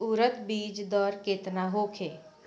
उरद बीज दर केतना होखे?